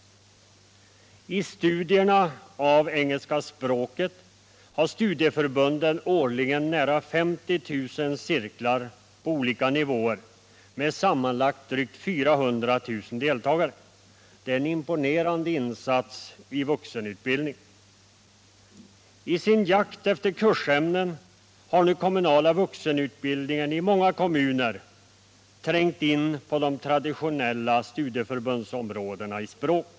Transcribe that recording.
Om den kommuna I engelska språket har studieförbunden årligen nära 50 000 cirklar på — la vuxenutbildningolika nivår med sammanlagt drygt 400 000 deltagare. Det är en impoen nerande insats i vuxenutbildningen. I sin jakt efter kursämnen har den kommunala vuxenutbildningen nu i många kommuner trängt in på de traditionella studieförbundsområdena i språk.